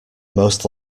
most